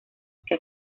que